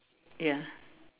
ya